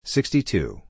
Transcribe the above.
Sixty-two